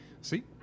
See